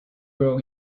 girl